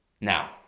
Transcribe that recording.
Now